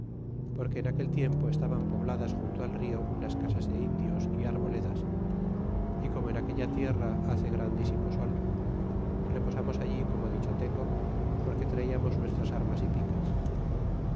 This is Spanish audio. porque en aquel tiempo estaban pobladas junto al rio unas casas de indios y arboledas y como en aquella tierra hace grandísimo sol reposamos allí como dicho tengo porque traiamos nuestras armas y picas